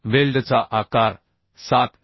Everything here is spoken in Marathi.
वेल्डचा आकार 7 मि